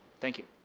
thank you.